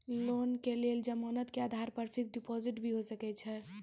Loan के लेल जमानत के आधार पर फिक्स्ड डिपोजिट भी होय सके छै?